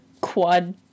quad